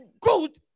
good